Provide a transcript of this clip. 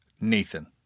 Nathan